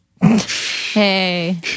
Hey